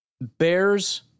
Bears